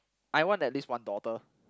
I want at least one daughter